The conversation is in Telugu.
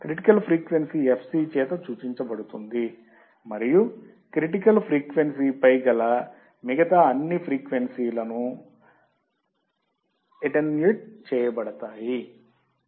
క్రిటికల్ ఫ్రీక్వెన్సీ fc చేత సూచించబడుతుంది మరియు క్రిటికల్ ఫ్రీక్వెన్సీ పై గల మిగతా అన్ని ఫ్రీక్వెన్సీ లు అన్నీ అటెన్యుయేట్ చేయబడతాయి